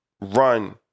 run